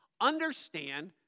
Understand